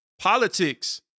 Politics